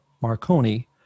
Marconi